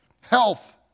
health